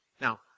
Now